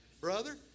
brother